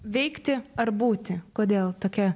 veikti ar būti kodėl tokia